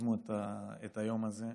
שיזמו את היום הזה.